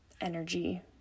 energy